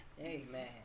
Amen